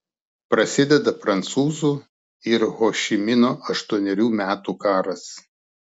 prasideda prancūzų ir ho ši mino aštuonerių metų karas